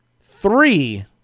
three